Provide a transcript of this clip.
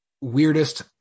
weirdest